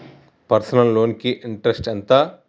Personal loan కి interest ఎంత?